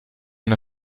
die